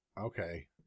Okay